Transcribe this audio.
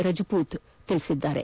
ರಜಪೂತ್ ತಿಳಿಸಿದ್ದಾರೆ